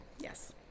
Yes